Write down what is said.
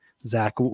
Zach